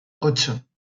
ocho